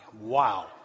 wow